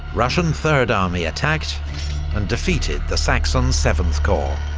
russian third army attacked and defeated the saxon seventh corps,